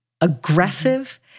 aggressive